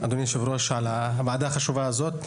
אבוקה בוערת בטמפרטורה החיצונית של 700,